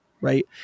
right